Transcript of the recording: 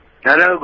Hello